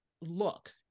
look